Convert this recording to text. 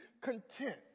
content